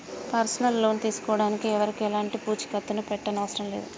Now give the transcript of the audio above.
personal loan తీసుకోడానికి ఎవరికీ ఎలాంటి పూచీకత్తుని పెట్టనవసరం లేదు